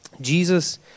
Jesus